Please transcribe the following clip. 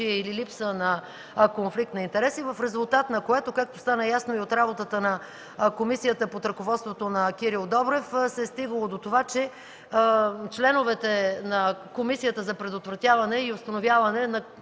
или липса на конфликт на интереси, в резултат на което, както стана ясно и от работата на комисията под ръководството на Кирил Добрев, се е стигало до това, че членовете на Комисията за предотвратяване и установяване на